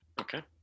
Okay